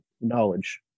knowledge